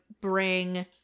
bring